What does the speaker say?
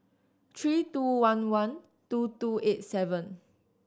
three two one one two two eight seven